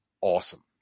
Awesome